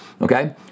okay